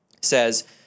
says